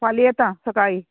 फाल्यां येतां सकाळीं